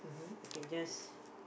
you can just